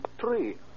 three